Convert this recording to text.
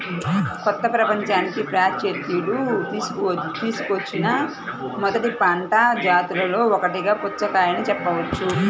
కొత్త ప్రపంచానికి పాశ్చాత్యులు తీసుకువచ్చిన మొదటి పంట జాతులలో ఒకటిగా పుచ్చకాయను చెప్పవచ్చు